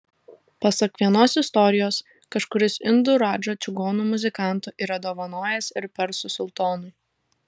pasak vienos istorijos kažkuris indų radža čigonų muzikantų yra dovanojęs ir persų sultonui